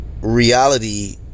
reality